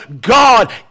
God